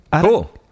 cool